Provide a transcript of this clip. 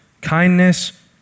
kindness